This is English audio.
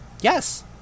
Yes